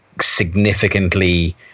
significantly